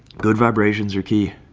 good vibrations are key.